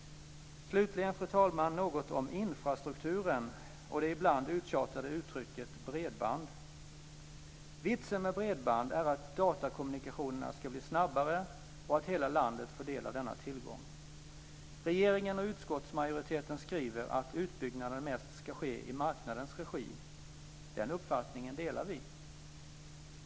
Slutligen, fru talman, något om infrastrukturen och det ibland uttjatade uttrycket bredband. Vitsen med bredband är att datakommunikationerna ska bli snabbare och att hela landet får del av denna tillgång. Regeringen och utskottsmajoriteten skriver att utbyggnaden mest ska ske i marknadens regi. Den uppfattningen delar vi.